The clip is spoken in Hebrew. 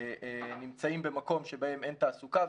נמצאים במקום שבהם אין תעסוקה,